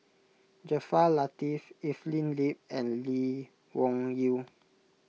Jaafar Latiff Evelyn Lip and Lee Wung Yew